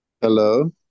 Hello